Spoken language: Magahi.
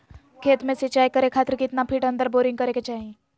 खेत में सिंचाई करे खातिर कितना फिट अंदर बोरिंग करे के चाही?